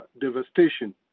devastation